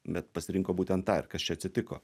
bet pasirinko būtent tą ir kas čia atsitiko